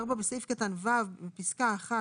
בסעיף קטן (ו) בפסקה (1),